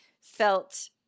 felt